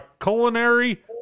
culinary